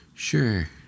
sure